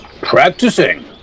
Practicing